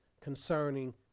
concerning